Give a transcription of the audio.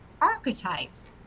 archetypes